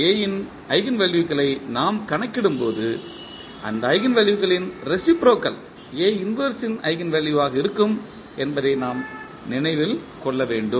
A இன் ஈஜென்வெல்யூக்களை நாம் கணக்கிடும்போது அந்த ஈஜென்வெல்யூக்களின் ரேசிப்ரோகல் ன் ஈஜென்வெல்யூவாக இருக்கும் என்பதை நாம் நினைவில் கொள்ள வேண்டும்